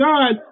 God